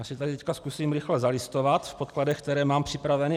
Já si tady zkusím rychle zalistovat v podkladech, které mám připravené.